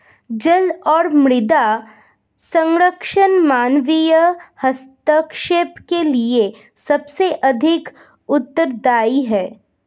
जल और मृदा संरक्षण मानवीय हस्तक्षेप के लिए सबसे अधिक उत्तरदायी हैं